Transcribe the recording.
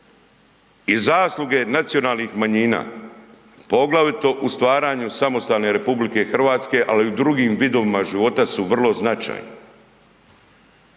I zasluge nacionalnih manjina, poglavito u stvaranju samostalne RH ali i u drugim vidovima života su vrlo značajna